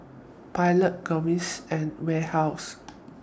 Pilot Gaviscon and Warehouse